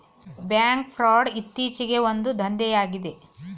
bank fraud ಇತ್ತೀಚೆಗೆ ಒಂದು ದಂಧೆಯಾಗಿದೆ